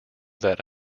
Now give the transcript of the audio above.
that